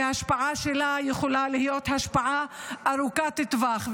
וההשפעה שלה יכולה להיות השפעה ארוכת טווח.